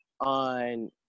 on